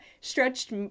stretched